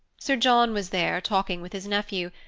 sir john was there, talking with his nephew,